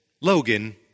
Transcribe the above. Logan